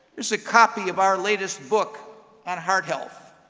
here's a copy of our latest book on heart health.